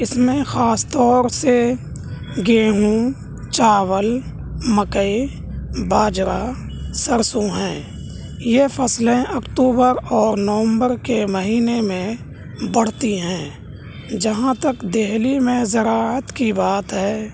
اس میں خاص طور سے گيہوں چاول مكّى باجرہ سرسوں ہيں يہ فصليں اکتوبر اور نومبر کے مہینے میں بڑھتی ہیں جہاں تک دہلی میں زراعت کی بات ہے